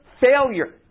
failure